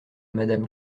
madame